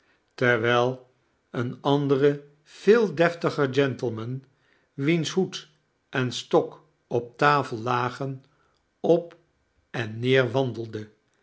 terwijl een andere veel deftigeir gentleman wiens hoed en stok op tafel la-gen op en neerwandelde